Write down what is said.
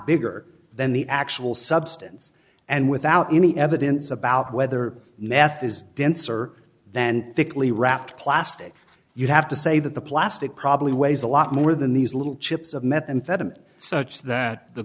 bigger than the actual substance and without any evidence about whether meth is denser than thickly wrapped plastic you'd have to say that the plastic probably weighs a lot more than these little chips of methamphetamine such that the